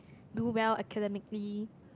do well academically